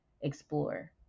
explore